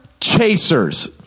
chasers